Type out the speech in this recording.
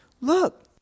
Look